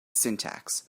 syntax